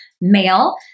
male